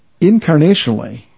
incarnationally